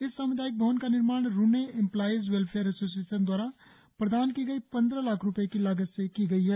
इस सामुदायिक भवन का निर्माण रुन्ने एम्प्लाइज वेलफेयर एसोसियेशन द्वारा प्रदान की गई पंद्रह लाख रुपये की लागत से की गई है